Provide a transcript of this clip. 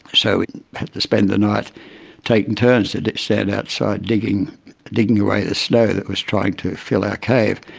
so we had to spend the night taking turns to to stand outside digging digging away the snow that was trying to fill our cave.